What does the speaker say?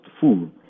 food